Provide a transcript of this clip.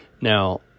Now